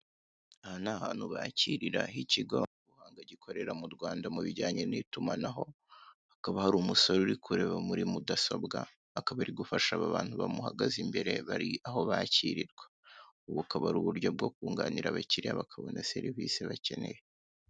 Aha ni ahantu bakirira h'ikigo ntago gikorera mu Rwanda mubijyanye n'itumanaho hakaba hari umusore uri kureba muri mudasobwa akaba ari gufasha aba bantu bamuhagaze imbere bari aho bakirirwa ubu akaba ari uburyo bwo kunganira abakiriya bakabona serivise bakeneye.